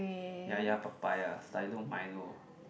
ya ya papaya stylo milo